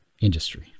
industry